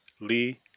Lee